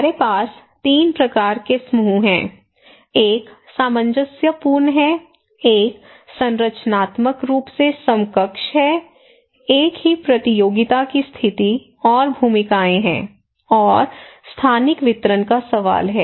हमारे पास 3 प्रकार के समूह हैं एक सामंजस्यपूर्ण है एक संरचनात्मक रूप से समकक्ष है एक ही प्रतियोगिता की स्थिति और भूमिकाएं हैं और स्थानिक वितरण का सवाल है